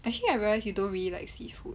actually I realize you don't really like seafood